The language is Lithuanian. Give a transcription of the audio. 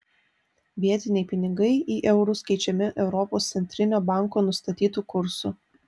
vietiniai pinigai į eurus keičiami europos centrinio banko nustatytu kursu